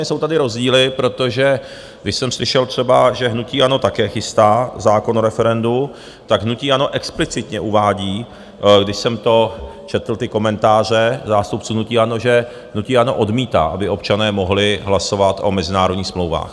Samozřejmě jsou tady rozdíly, protože když jsem slyšel třeba, že hnutí ANO také chystá zákon o referendu, tak hnutí ANO explicitně uvádí, když jsem četl ty komentáře zástupců hnutí ANO, že hnutí ANO odmítá, aby občané mohli hlasovat o mezinárodních smlouvách.